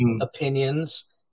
opinions